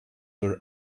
were